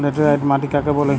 Laterite মাটি কাকে বলে?